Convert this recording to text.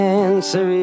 answer